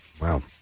Wow